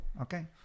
Okay